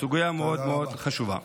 זו סוגיה מאוד מאוד חשובה.